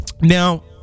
Now